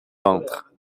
ventre